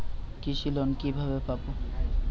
কৃষি লোন কিভাবে পাব?